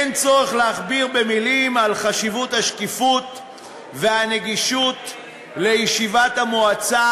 אין צורך להכביר מילים על חשיבות השקיפות והנגישות של ישיבת המועצה